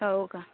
हो का